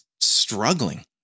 struggling